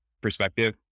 perspective